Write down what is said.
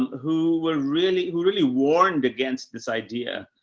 who were really, who really warned against this idea.